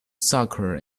soccer